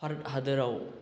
भारत हादराव